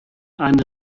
eine